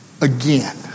again